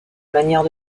manière